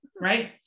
right